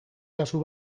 kasu